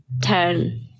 ten